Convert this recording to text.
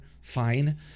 Fine